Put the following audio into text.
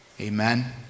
Amen